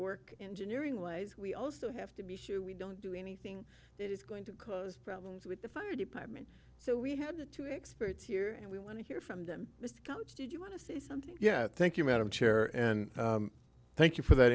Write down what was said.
work engineering wise we also have to be sure we don't do anything that is going to cause problems with the fire department so we have the two experts here and we want to hear from them mr couch did you want to say something yeah thank you madam chair and thank you for th